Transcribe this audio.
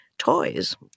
toys